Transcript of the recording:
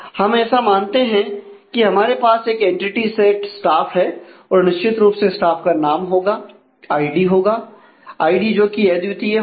हम ऐसा मानते हैं कि हमारे पास एक एंटिटी सेट स्टाफ होगा